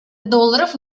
долларов